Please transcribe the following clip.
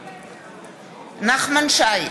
נגד נחמן שי,